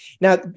Now